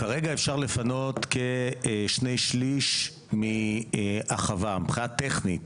כרגע אפשר לפנות כשני שליש מהחווה מבחינה טכנית.